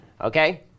okay